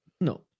no